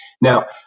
Now